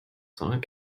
sondern